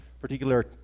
particular